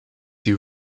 you